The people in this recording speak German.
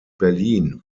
berlin